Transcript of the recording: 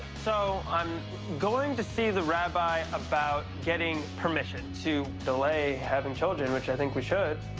so i'm going to see the rabbi about getting permission to delay having children, which i think we should.